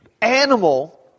animal